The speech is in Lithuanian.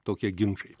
tokie ginčai